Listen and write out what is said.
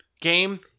game